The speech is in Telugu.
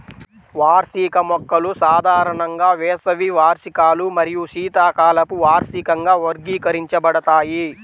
వార్షిక మొక్కలు సాధారణంగా వేసవి వార్షికాలు మరియు శీతాకాలపు వార్షికంగా వర్గీకరించబడతాయి